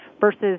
versus